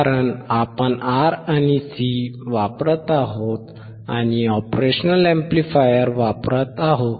कारण आपण R आणि C वापरत आहोत आणि ऑपरेशनल अॅम्प्लिफायर वापरत आहोत